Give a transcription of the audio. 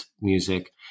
music